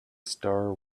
star